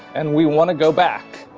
and we want to go back.